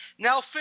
Now